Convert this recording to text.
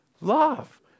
love